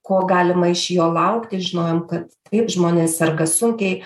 ko galima iš jo laukti žinojom kad taip žmonės serga sunkiai